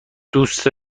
دوست